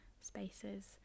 spaces